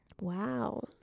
Wow